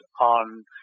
on –